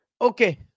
Okay